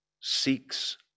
seeks